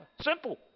Simple